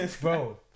bro